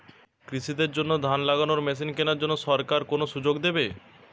কৃষি দের জন্য ধান লাগানোর মেশিন কেনার জন্য সরকার কোন সুযোগ দেবে?